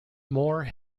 moore